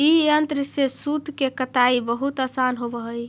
ई यन्त्र से सूत के कताई बहुत आसान होवऽ हई